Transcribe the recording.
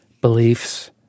beliefs